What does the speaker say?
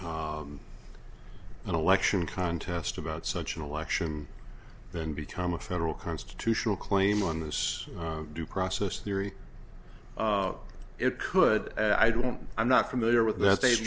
an election contest about such an election then become a federal constitutional claim on this due process theory it could i don't i'm not familiar with that